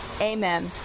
amen